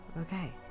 okay